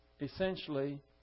essentially